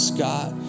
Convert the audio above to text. Scott